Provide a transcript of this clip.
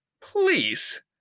please